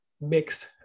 mix